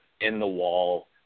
in-the-wall